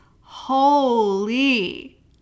holy